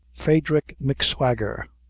phadrick m'swagger,